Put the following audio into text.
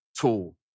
tool